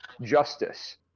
justice